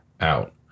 out